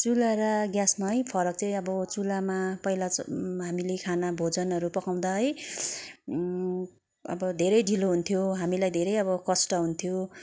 चुला र ग्यासमा है फरक चाहिँ अब चुलामा पहिला हामीले खाना भोजनहरू पकाउँदा है अब धेरै ढिलो हुन्थ्यो हामीलाई धेरै अब कष्ट हुन्थ्यो